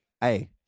Hey